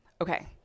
okay